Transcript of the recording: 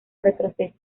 retroceso